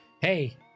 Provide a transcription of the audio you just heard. hey